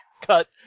cut